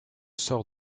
sors